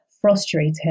frustrated